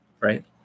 right